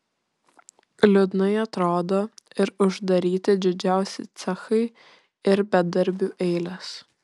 liūdnai atrodo ir uždaryti didžiausi cechai ir bedarbių eilės